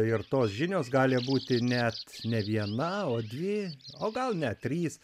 ir tos žinios gali būti net ne viena o dvi o gal net trys